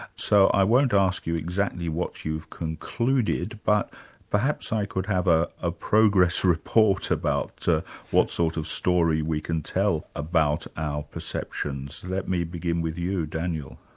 so i won't ask you exactly what you've concluded, but perhaps i could have a ah progress report about what sort of story we can tell about our perceptions. let me begin with you, daniel.